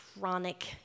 chronic